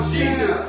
Jesus